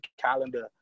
calendar